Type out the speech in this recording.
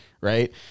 right